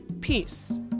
peace